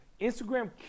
Instagram